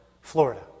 Florida